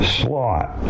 slot